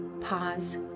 Pause